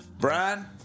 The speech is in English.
Brian